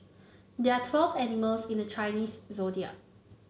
there are twelve animals in the Chinese Zodiac